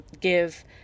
give